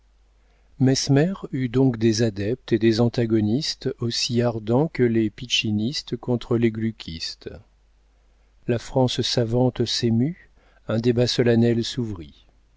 mesmer eut donc des adeptes et des antagonistes aussi ardents que les piccinistes contre les gluckistes la france savante s'émut un débat solennel s'ouvrit